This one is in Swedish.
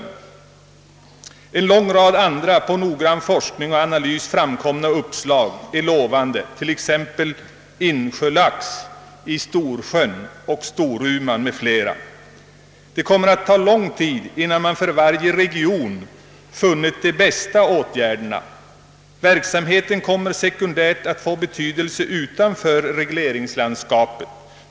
En lång rad andra, på forskning och noggrann analys baserade uppslag, är lovande — detta gäller t.ex. insjölax i Storsjön, Storuman m.fl. sjöar. Det kommer att ta lång tid innan man för varje region funnit de bästa åtgärderna. Verksamheten kommer att få sekundär betydelse utanför regleringslandskapet.